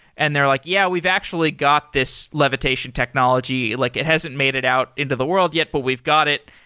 and they're like, yeah, we've actually got this levitation technology. like it hasn't made it out into the world yet, but we've got it.